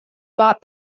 bought